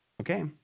Okay